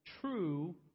true